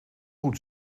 goed